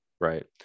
Right